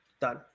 Done